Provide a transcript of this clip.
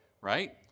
right